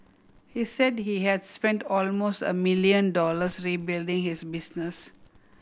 he said he had spent almost a million dollars rebuilding his business